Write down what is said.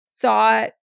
thought